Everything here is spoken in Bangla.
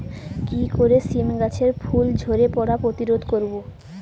কি করে সীম গাছের ফুল ঝরে পড়া প্রতিরোধ করব?